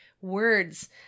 Words